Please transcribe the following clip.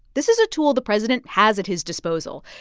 this is a tool the president has at his disposal.